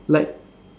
like